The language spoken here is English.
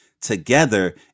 together